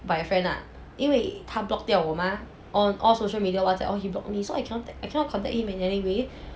by a friend lah 因为他 block 掉我 mah on all social media Whatsapp all he block me so I cannot I cannot contact him in anyway